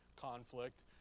conflict